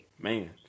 Man